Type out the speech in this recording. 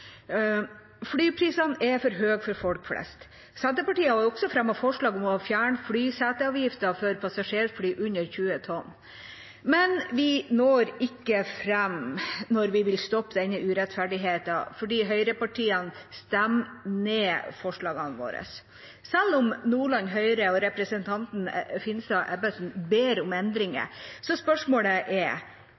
Flyprisene er for høye for folk flest. Senterpartiet har også fremmet forslag om å fjerne flyseteavgiften for passasjerfly under 20 tonn. Men vi når ikke fram når vi vil stoppe denne urettferdigheten, fordi høyrepartiene stemmer ned forslagene våre, selv om Nordland Høyre og representantene Finstad og Ebbesen ber om endringer. Så spørsmålet er: